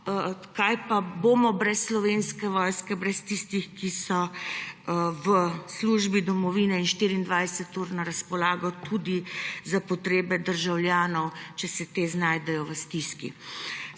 Kaj pa bomo brez Slovenske vojske, brez tistih, ki so v službi domovine in 24 ur na razpolago tudi za potrebe državljanov, če se ti znajdejo v stiski?